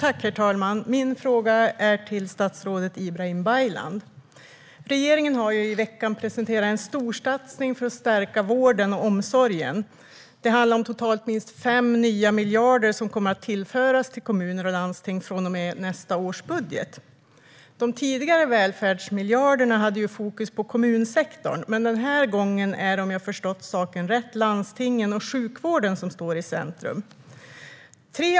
Herr talman! Min fråga är riktad till statsrådet Ibrahim Baylan. Regeringen har ju i veckan presenterat en storsatsning för att stärka vården och omsorgen. Det handlar om totalt minst 5 nya miljarder som kommer att tillföras kommuner och landsting från och med nästa års budget. De tidigare välfärdsmiljarderna hade ju fokus på kommunsektorn, men den här gången är det, om jag förstått saken rätt, landstingen och sjukvården som står i centrum.